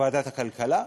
בוועדת הכלכלה,